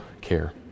care